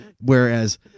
Whereas